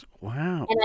Wow